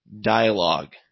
Dialogue